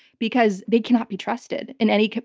because they cannot be trusted in any